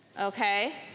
okay